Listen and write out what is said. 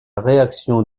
réaction